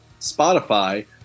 Spotify